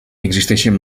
existeixen